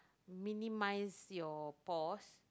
minimise your pores